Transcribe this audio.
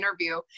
interview